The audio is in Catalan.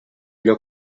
allò